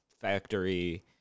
factory